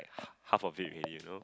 half of it already you know